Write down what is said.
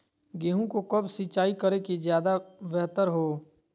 गेंहू को कब सिंचाई करे कि ज्यादा व्यहतर हो?